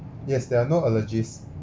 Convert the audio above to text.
yes there are no allergies